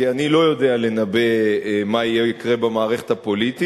כי אני לא יודע לנבא מה יהיה ומה יקרה במערכת הפוליטית.